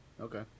Okay